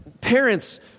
parents